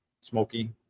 smoky